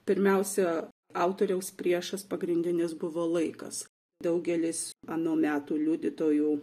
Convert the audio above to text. pirmiausia autoriaus priešas pagrindinis buvo laikas daugelis ano meto liudytojų